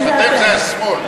אתם זה השמאל.